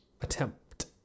attempt